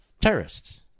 Terrorists